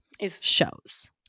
shows